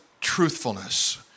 truthfulness